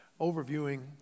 overviewing